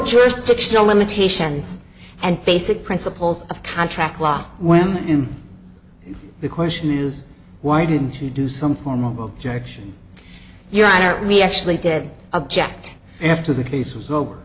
jurisdictional limitations and basic principles of contract law when the question is why didn't you do some form of objection your honor we actually did object after the case is over